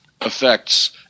affects